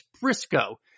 Briscoe